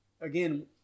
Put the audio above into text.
again